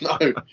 No